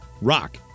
rock